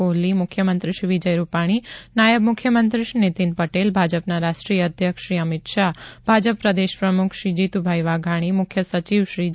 કોહલી મુખ્યમંત્રી શ્રી વિજય રૂપાણી નાયબ મુખ્યમંત્રી શ્રી નીતિન પટેલ ભાજપના રાષ્ટ્રીય અધ્યક્ષ શ્રી અમિત શાહ ભાજપ પ્રદેશ પ્રમુખ શ્રી જીતુભાઈ વાઘાણી મુખ્ય સચિવ શ્રી જે